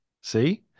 See